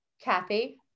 Kathy